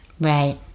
Right